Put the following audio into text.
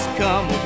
come